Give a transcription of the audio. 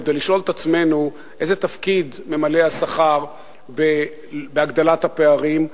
ולשאול את עצמנו איזה תפקיד ממלא השכר בהגדלת הפערים,